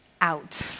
out